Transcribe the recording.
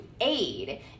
aid